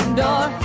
door